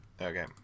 Okay